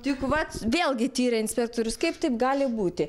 tik vat vėlgi tiria inspėktorius kaip taip gali būti